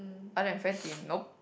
other than friends he nope